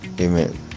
Amen